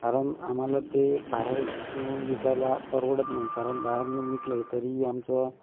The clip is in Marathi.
कारण आम्हाला ते बाहेर नेऊन विकायला परवडत नाही कारण बाहेर नेऊन विकले तरी आमचं